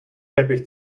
teppich